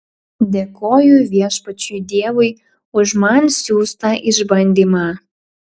dėkoju viešpačiui dievui už man siųstą išbandymą